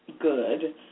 good